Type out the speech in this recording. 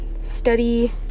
study